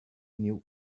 new